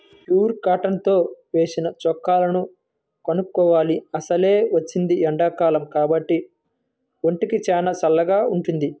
pure cotton తో నేసిన చొక్కాలను కొనుక్కోవాలి, అసలే వచ్చేది ఎండాకాలం కాబట్టి ఒంటికి చానా చల్లగా వుంటది